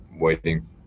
waiting